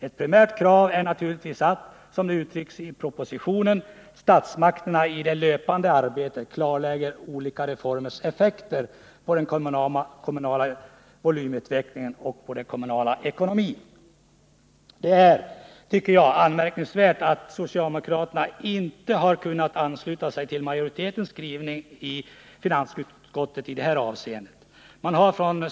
Ett primärt krav är naturligtvis att, som det uttrycks i propositionen, statsmakterna i det löpande arbetet klarlägger olika reformers effekter på den kommunala volymutvecklingen och på den kommunala ekonomin.” Det är anmärkningsvärt att socialdemokraterna i detta avseende inte har kunnat ansluta sig till majoritetens skrivning i finansutskottet.